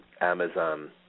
Amazon